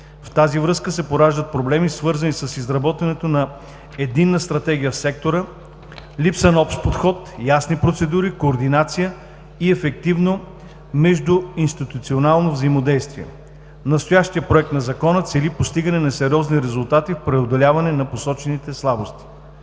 В тази връзка се пораждат проблеми, свързани с изработването на единна стратегия в сектора, липса на общ подход, ясни процедури, координация и ефективно междуинституционално взаимодействие. Настоящият Законопроект на закона цели постигане на сериозни резултати в преодоляването на посочените слабости.